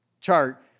chart